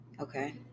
okay